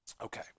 Okay